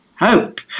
hope